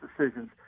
decisions